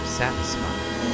satisfied